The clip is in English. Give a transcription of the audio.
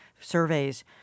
surveys